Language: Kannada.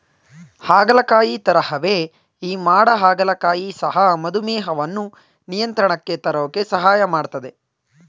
ಹಾಗಲಕಾಯಿ ತರಹವೇ ಈ ಮಾಡ ಹಾಗಲಕಾಯಿ ಸಹ ಮಧುಮೇಹವನ್ನು ನಿಯಂತ್ರಣಕ್ಕೆ ತರೋಕೆ ಸಹಾಯ ಮಾಡ್ತದೆ